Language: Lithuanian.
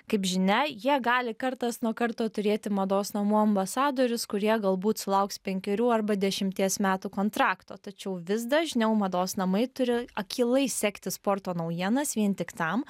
kaip žinia jie gali kartas nuo karto turėti mados namų ambasadorius kurie galbūt sulauks penkerių arba dešimties metų kontrakto tačiau vis dažniau mados namai turi akylai sekti sporto naujienas vien tik tam